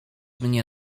mnie